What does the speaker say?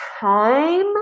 time